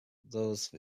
those